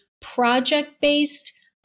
project-based